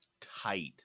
Tight